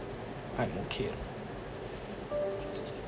I'm okay lah